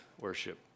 worship